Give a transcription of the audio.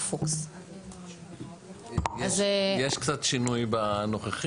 אז אם אפשר, תתייחסו לזה ככה כל אחד בתורו.